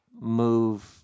move